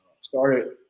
started